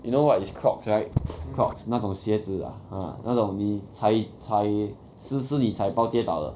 you know what is Crocs right Crocs 那种鞋子啊 ah 那种你踩踩湿湿你踩保跌倒的